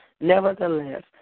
Nevertheless